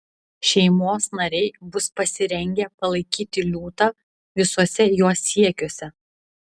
šeimos nariai bus pasirengę palaikyti liūtą visuose jo siekiuose